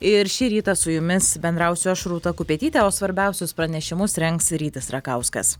ir šį rytą su jumis bendrausiu aš rūta kupetytė o svarbiausius pranešimus rengs rytis rakauskas